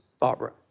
Barbara